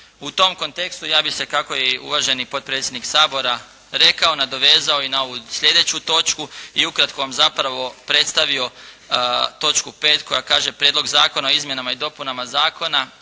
U tom kontekstu ja bih se kako je i uvaženi potpredsjednik Sabora rekao, nadovezao i na ovu sljedeću točku i ukratko vam zapravo predstavio točku 5., koja kaže, Prijedlog Zakona o izmjenama i dopunama Zakona